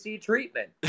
treatment